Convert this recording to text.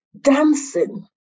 dancing